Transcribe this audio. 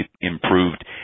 improved